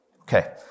Okay